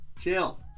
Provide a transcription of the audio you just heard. chill